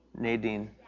Nadine